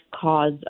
cause